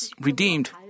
redeemed